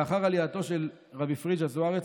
לאחר עלייתו של רבי פריג'א זוארץ,